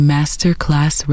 Masterclass